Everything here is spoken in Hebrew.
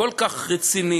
כל כך רציני,